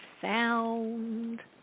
sound